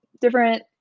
different